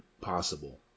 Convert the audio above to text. possible